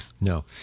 no